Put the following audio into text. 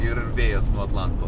ir vėjas nuo atlanto